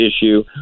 issue